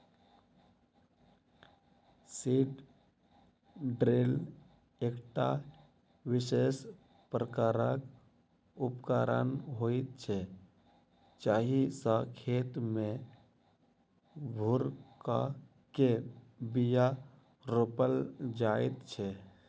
seed drill एकटा विशेष प्रकारक उपकरण होइत छै जाहि सॅ खेत मे भूर क के बीया रोपल जाइत छै